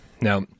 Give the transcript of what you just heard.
Now